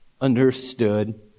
understood